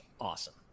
awesome